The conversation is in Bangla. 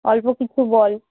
অল্প কিছু বল